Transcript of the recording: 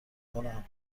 کنم